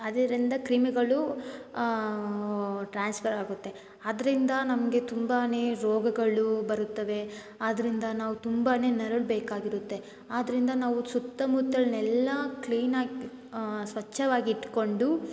ಅದರಿಂದ ಕ್ರಿಮಿಗಳು ಟ್ರಾನ್ಸ್ಫರ್ ಆಗುತ್ತೆ ಅದರಿಂದ ನಮಗೆ ತುಂಬಾ ರೋಗಗಳು ಬರುತ್ತವೆ ಆದ್ದರಿಂದ ನಾವು ತುಂಬ ನರಳಬೇಕಾಗಿರುತ್ತೆ ಆದ್ದರಿಂದ ನಾವು ಸುತ್ತಮುತ್ತಲಿನೆಲ್ಲಾ ಕ್ಲೀನಾಗಿ ಸ್ವಚ್ಛವಾಗಿಟ್ಕೊಂಡು